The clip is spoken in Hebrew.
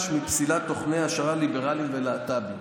מפסילת תוכני העשרה ליברליים ולהט"ביים.